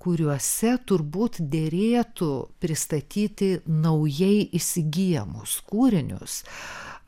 kuriuose turbūt derėtų pristatyti naujai įsigyjamus kūrinius